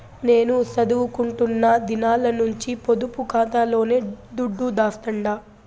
నేను సదువుకుంటున్న దినాల నుంచి పొదుపు కాతాలోనే దుడ్డు దాస్తండా